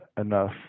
enough